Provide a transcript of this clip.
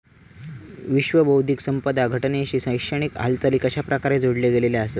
विश्व बौद्धिक संपदा संघटनेशी शैक्षणिक हालचाली कशाप्रकारे जोडले गेलेले आसत?